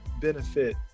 benefit